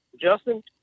Justin